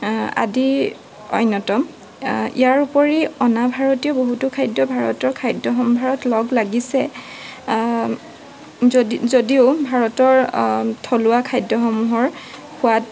আদি অন্যতম ইয়াৰ উপৰি অনা ভাৰতীয় বহুতো খাদ্য ভাৰতৰ খাদ্য সম্ভাৰত লগ লাগিছে যদি যদিও ভাৰতৰ থলুৱা খাদ্যসমূহৰ সোৱাদ